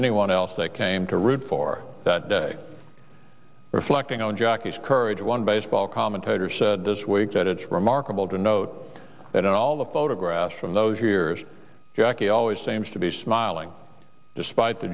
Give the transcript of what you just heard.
anyone else that came to root for that day reflecting on jackie's courage one baseball commentator said this week that it's remarkable to note that all the photographs from those ears jackie always seems to be smiling despite the